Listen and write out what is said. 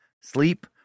Sleep